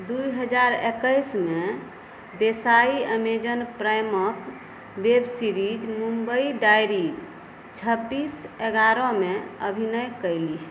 दू हजार एकैसमे देसाई अमेज़न प्राइमक वेब सीरीज़ मुंबई डायरीज़ छब्बीस एगारहमे अभिनय कयलीह